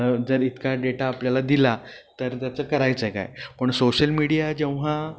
जर इतका डेटा आपल्याला दिला तर त्याचं करायचं आहे काय पण सोशल मीडिया जेव्हा